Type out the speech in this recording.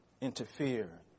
interfere